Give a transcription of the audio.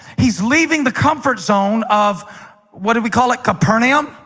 he's leaving the comfort zone of what do we call it capernaum?